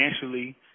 financially